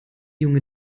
junge